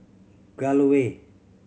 Gul Way